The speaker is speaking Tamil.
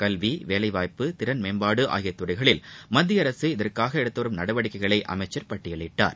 கல்வி வேலைவாய்ப்பு திறன் மேம்பாடு ஆகிய துறைகளில் மத்திய அரசு இதற்காக எடுத்துவரும் நடவடிக்கைகளை அமைச்சர் பட்டியலிட்டார்